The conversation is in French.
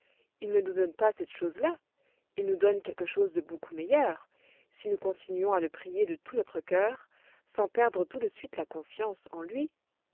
il ne nous donne pas cette chose-là il nous donne quelque chose de beaucoup meilleur si nous continuons à le prier de tout notre cœur sans perdre tout de suite la confiance en lui